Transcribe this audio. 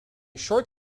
short